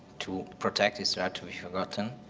to protect his right to be forgotten,